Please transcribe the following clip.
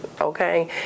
Okay